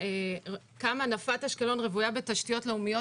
הזה כמה נפת אשקלון רוויה בתשתיות לאומיות